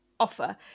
offer